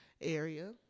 area